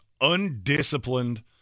undisciplined